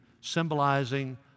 symbolizing